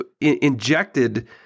injected